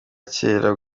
kera